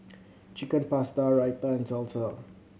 Chicken Pasta Raita and Salsa